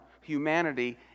humanity